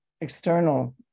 external